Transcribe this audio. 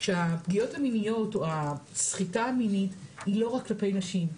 שהפגיעות המיניות או הסחיטה המינית היא לא רק כלפי נשים,